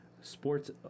sports